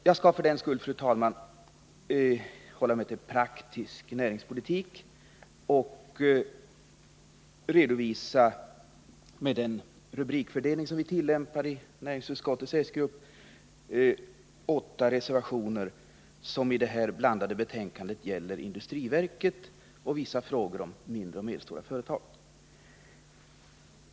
Jag skall för den skull hålla mig till praktisk näringspolitik och — med den rubrikfördelning som vi tillämpar i näringsutskottets socialdemokratiska grupp — redovisa åtta reservationer som i detta blandade betänkande gäller industriverket och vissa frågor om mindre och medelstora företag.